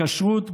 בכשרות,